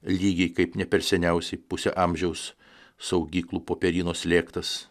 lygiai kaip ne per seniausiai pusę amžiaus saugyklų popieryno slėgtas